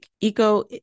eco